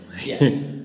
yes